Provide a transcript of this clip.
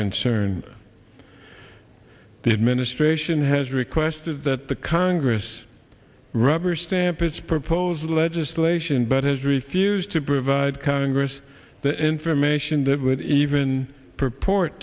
concern the administration has requested that the congress rubber stamp its proposed legislation but has refused to provide congress the information that would even p